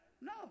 No